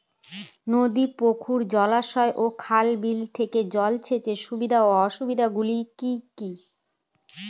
নদী পুকুর জলাশয় ও খাল বিলের থেকে জল সেচের সুবিধা ও অসুবিধা গুলি কি কি?